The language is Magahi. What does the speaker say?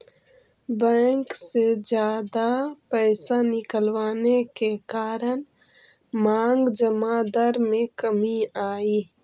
बैंक से जादा पैसे निकलवाने के कारण मांग जमा दर में कमी आई